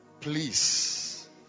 Please